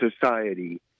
society